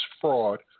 fraud